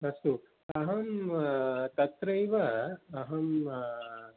अस्तु अहं तत्रैव अहं